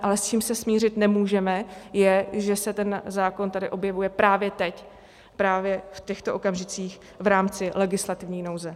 Ale s čím se smířit nemůžeme, je, že se ten zákon tady objevuje právě teď, právě v těchto okamžicích, v rámci legislativní nouze.